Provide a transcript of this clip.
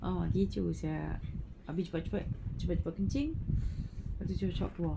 err kecoh sia habis cepat-cepat cepat-cepat bawa kencing habis cepat-cepat keluar